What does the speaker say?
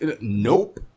Nope